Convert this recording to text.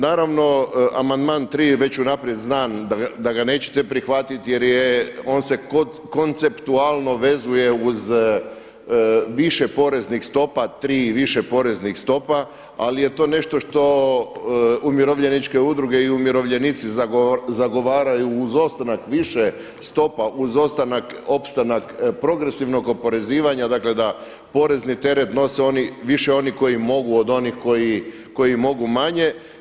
Naravno, amandman tri već unaprijed znam da ga nećete prihvatiti jer on se konceptualno vezuje uz više poreznih stopa, tri i više poreznih stopa, ali je to nešto što umirovljeničke udruge i umirovljenici zagovaraju uz ostanak više stopa uz opstanak progresivnog oporezivanja dakle da porezni teret nose više oni koji mogu od onih koji mogu manje.